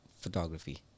photography